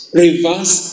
reverse